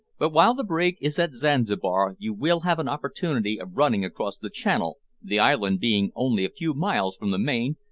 but while the brig is at zanzibar you will have an opportunity of running across the channel, the island being only a few miles from the main,